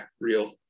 real